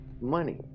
money